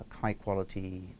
high-quality